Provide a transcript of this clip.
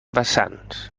vessants